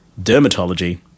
dermatology